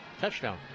touchdown